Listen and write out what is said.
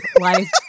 life